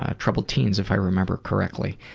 ah troubled teens if i remember correctly.